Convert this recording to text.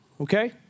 Okay